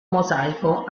mosaico